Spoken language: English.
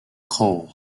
cole